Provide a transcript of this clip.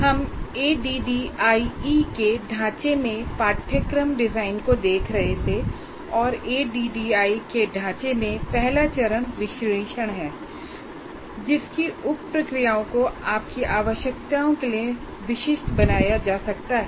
हम एडीडीआईई के ढांचे में पाठ्यक्रम डिजाइन को देख रहे थे और एडीडीआईई के ढांचे में पहला चरण विश्लेषण है जिसकी उप प्रक्रियाओं कोआपकी आवश्यकताओं के लिए विशिष्ट बनाया जा सकता है